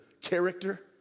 character